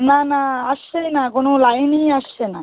না না আসছেই না কোনো লাইনই আসছে না